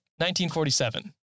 1947